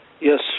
Yes